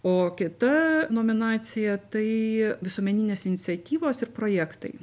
o kita nominacija tai visuomeninės iniciatyvos ir projektai